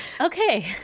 Okay